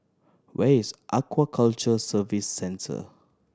where is Aquaculture Services Center